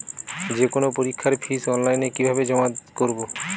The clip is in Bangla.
যে কোনো পরীক্ষার ফিস অনলাইনে কিভাবে জমা করব?